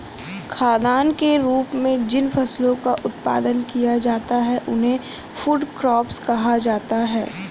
खाद्यान्न के रूप में जिन फसलों का उत्पादन किया जाता है उन्हें फूड क्रॉप्स कहा जाता है